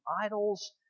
idols